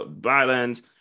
violence